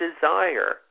desire